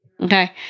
okay